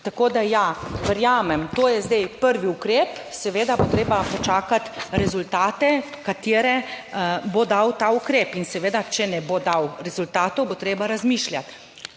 tako da, ja, verjamem, to je zdaj prvi ukrep, seveda bo treba počakati rezultate katere bo dal ta ukrep in seveda, če ne bo dal rezultatov, bo treba razmišljati.